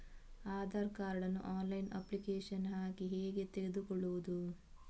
Aadhaar card ನ್ನು online application ಹಾಕಿ ಹೇಗೆ ತೆಗೆದುಕೊಳ್ಳುವುದು?